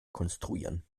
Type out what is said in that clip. konstruieren